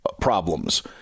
problems